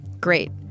Great